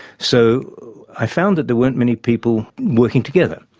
so i found that there weren't many people working together,